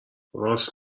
راست